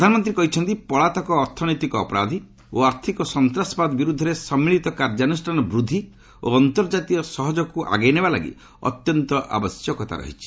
ପ୍ରଧାନମନ୍ତ୍ରୀ କହିଛନ୍ତି ପଳାତକ ଅର୍ଥନୈତିକ ଅପରାଧୀ ଓ ଆର୍ଥିକ ସନ୍ତାସବାଦ ବିର୍ଦ୍ଧରେ ସମ୍ମିଳିତ କାର୍ଯ୍ୟାନୃଷ୍ଣାନ ବୃଦ୍ଧି ଓ ଅନ୍ତର୍ଜାତୀୟ ସହଯୋଗକ୍ ଆଗେଇ ନେବା ଲାଗି ଅତ୍ୟନ୍ତ ଆବଶ୍ୟକତା ରହିଛି